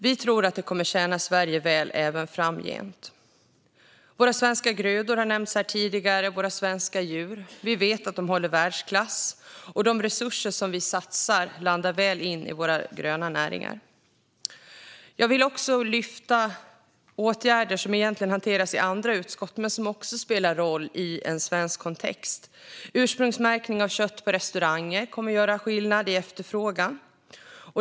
Vi tror att det kommer att tjäna Sverige väl även framgent. Våra svenska grödor och våra svenska djur har nämnts här tidigare. Vi vet att de håller världsklass, och de resurser som vi satsar landar väl in i våra gröna näringar. Jag vill också lyfta åtgärder som egentligen hanteras i andra utskott men som också spelar roll i en svensk kontext. Ursprungsmärkning av kött på restauranger kommer att göra skillnad i efterfrågan.